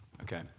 Okay